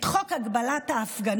את חוק הגבלת ההפגנות,